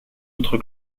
autre